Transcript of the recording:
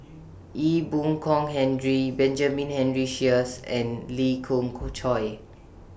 Ee Boon Kong Henry Benjamin Henry Sheares and Lee Khoon Choy